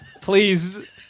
Please